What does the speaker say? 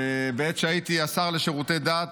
בעת שהייתי השר לשירותי דת